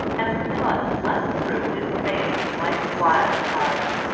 and the blood leapt through his veins like wildfire.